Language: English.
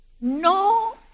no